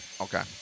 Okay